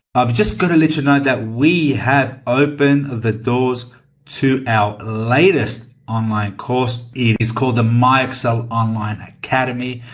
i've just going to let you know that we had opened that, those two our latest online course, is called the my excel online academy.